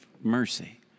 mercy